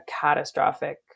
catastrophic